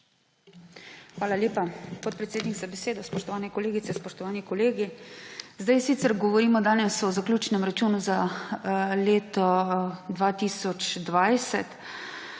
Hvala lepa, podpredsednik, za besedo. Spoštovane kolegice, spoštovani kolegi! Danes sicer govorimo o zaključnem računu za leto 2020.